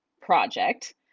project